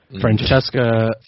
francesca